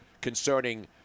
concerning